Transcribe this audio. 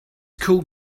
called